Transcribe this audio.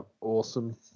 Awesome